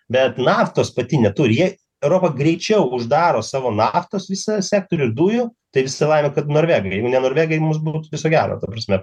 bet naftos pati neturi jie europa greičiau uždaro savo naftos visą sektorių dujų tai visa laimė kad norvegai jeigu ne norvegai mums būtų viso gero ta prasme